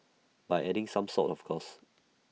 by adding some salt of course